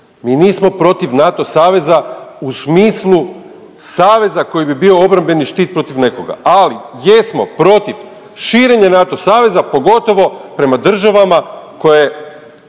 Mi nismo protiv NATO saveza u smislu saveza koji bi bio obrambeni štit protiv nekoga, ali jesmo protiv širenja NATO saveza, pogotovo prema državama koje,